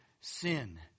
sin